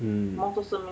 mm